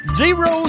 zero